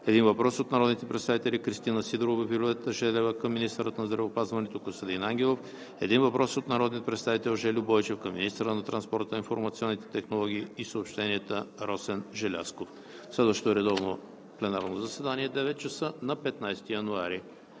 един въпрос от народните представители Кристина Сидорова и Виолета Желева към министъра на здравеопазването Костадин Ангелов; - един въпрос от народния представител Жельо Бойчев към министъра на транспорта, информационните технологии и съобщенията Росен Желязков. Следващо редовно пленарно заседание от 9,00 ч. на 15 януари